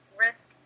risk